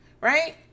right